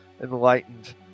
enlightened